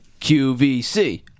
QVC